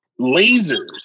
lasers